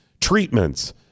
treatments